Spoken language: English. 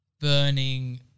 burning